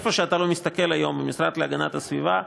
איפה שאתה לא מסתכל היום במשרד להגנת הסביבה,